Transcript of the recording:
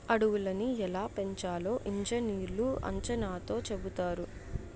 అడవులని ఎలా పెంచాలో ఇంజనీర్లు అంచనాతో చెబుతారు